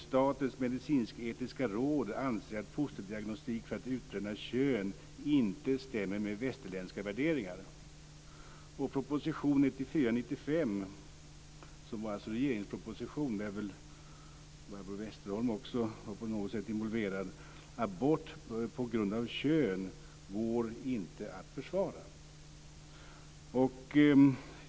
Statens medicinsk-etiska råd anser att fosterdiagnostik för att utröna kön inte stämmer med västerländska värderingar. I en proposition från 1994/95 som också Barbro Westerholm på något sätt var involverad i skriver man att abort på grund av kön inte går att försvara.